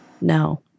No